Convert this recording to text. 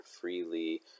freely